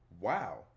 Wow